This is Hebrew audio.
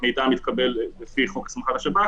ההפסקה הגעתם לנוסח שתואם קצת את הציפיות שלנו בעניין הזה.